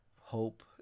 hope